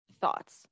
thoughts